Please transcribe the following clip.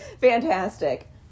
Fantastic